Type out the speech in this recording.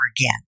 again